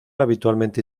habitualmente